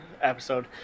episode